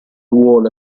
vuole